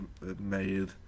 made